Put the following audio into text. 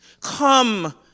come